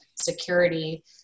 security